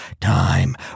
time